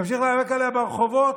נמשיך להיאבק עליה ברחובות,